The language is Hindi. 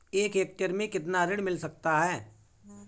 एक हेक्टेयर में कितना ऋण मिल सकता है?